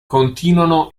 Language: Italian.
continuano